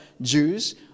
Jews